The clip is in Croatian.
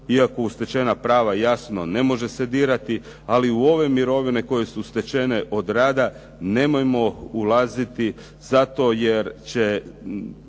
iako u stečena prava jasno ne može se dirati, ali u ove mirovine koje su stečene od rada nemojmo ulaziti zato jer će